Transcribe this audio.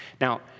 Now